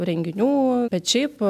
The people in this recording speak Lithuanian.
renginių bet šiaip